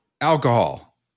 Alcohol